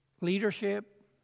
leadership